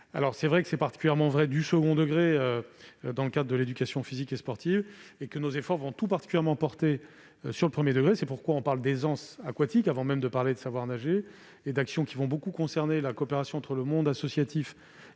nationale. C'est particulièrement vrai dans le second degré, dans le cadre de l'éducation physique et sportive, mais nos efforts vont tout particulièrement porter sur le premier degré. C'est la raison pour laquelle on parle d'aisance aquatique avant même de parler de savoir nager. Ces actions vont beaucoup concerner la coopération entre le monde associatif